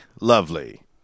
lovely